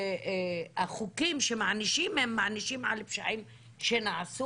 החוקים שמענישים הם מענישים על פשעים שנעשו